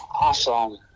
Awesome